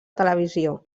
televisió